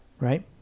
right